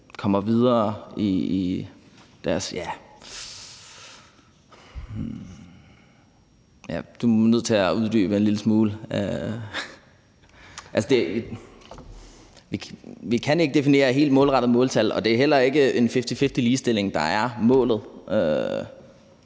vi kan ikke definere et helt målrettet måltal, og det er heller ikke en fifty-fifty-ligestilling, der er målet.